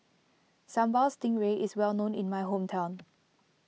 Sambal Stingray is well known in my hometown